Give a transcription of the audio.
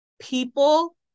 people